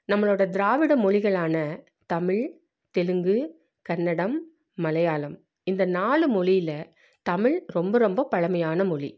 நம்மளோட திராவிட மொழிகளான தமிழ் தெலுங்கு கன்னடம் மலையாளம் இந்த நாலு மொழியில தமிழ் ரொம்ப ரொம்ப பழமையான மொழி